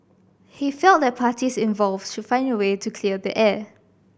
he felt that the parties involved should find a way to clear the air